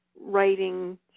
writing